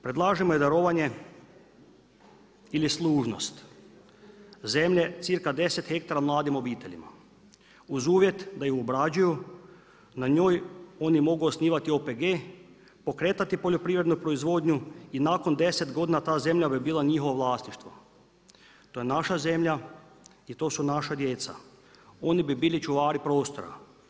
Predlažemo i darovanje ili služnost zemlje cca. 10 hektara mladim obiteljima uz uvjet da ju obrađuju, na njoj oni mogu osnivati OPG, pokretati poljoprivrednu proizvodnju i nakon 10 godina ta zemlja bi bila njihovo vlasništvo, to je naša zemlja i to su naša djeca, oni bi bili čuvari prostora.